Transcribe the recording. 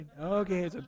Okay